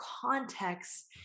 context